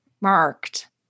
marked